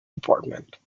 department